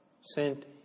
sent